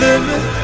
Limit